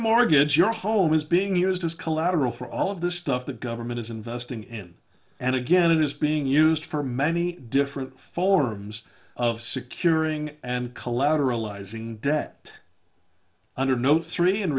mortgage your home is being used as collateral for all of this stuff the government is investing in and again it is being used for many different forms of securing and collateralized debt under no three and